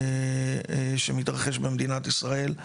שמתרחש במדינת ישראל.